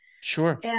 Sure